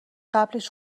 قبلش